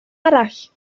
arall